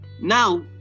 Now